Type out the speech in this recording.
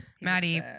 Maddie